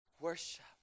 Worship